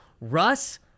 Russ